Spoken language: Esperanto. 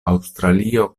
aŭstralio